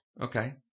Okay